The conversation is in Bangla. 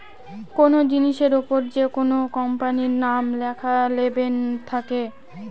কোনো জিনিসের ওপর যেকোনো কোম্পানির নাম লেখা লেবেল থাকে